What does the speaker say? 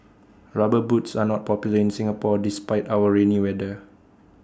rubber boots are not popular in Singapore despite our rainy weather